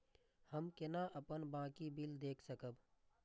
हम केना अपन बाँकी बिल देख सकब?